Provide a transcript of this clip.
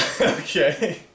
Okay